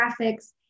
graphics